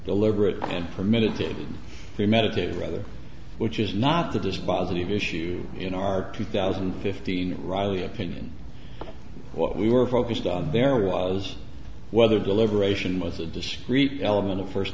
deliberate and permitted to premeditate rather which is not the dispositive issue in our two thousand and fifteen riley opinion what we were focused on there was whether deliberation most of discrete element or first